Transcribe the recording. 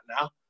now